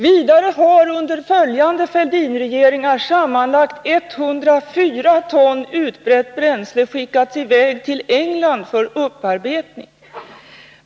Vidare har under följande Fälldinregering sammanlagt 104 ton utbränt bränsle skickats i väg till England för upparbetning.